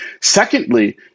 Secondly